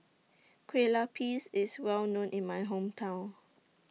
Kueh Lupis IS Well known in My Hometown